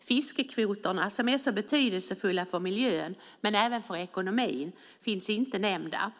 Fiskekvoterna som är så betydelsefulla för miljön men även för ekonomin finns inte nämnda.